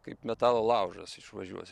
kaip metalo laužas išvažiuos